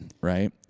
right